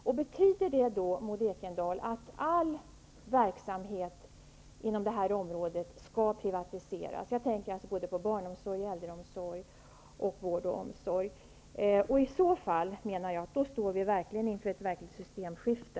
Betyder det, Maud Ekendahl, att all verksamhet inom barnomsorg, äldreomsorg samt vård och omsorg skall privatiseras? I så fall står vi verkligen inför ett systemskifte.